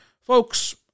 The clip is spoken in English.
Folks